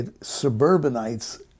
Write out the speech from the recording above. Suburbanites